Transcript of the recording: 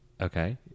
Okay